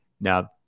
Now